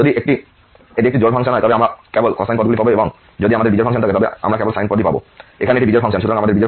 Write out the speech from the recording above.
যদি এটি একটি জোড় ফাংশন হয় তবে আমরা কেবল কোসাইন পদগুলি পাব এবং যদি আমাদের বিজোড় ফাংশন থাকে তবে আমরা কেবল সাইন পদই পাব এখানে এটি বিজোড় ফাংশন